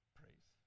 praise